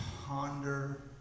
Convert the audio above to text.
ponder